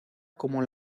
como